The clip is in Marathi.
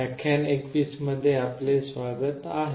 व्याख्यान 21 मध्ये आपले स्वागत आहे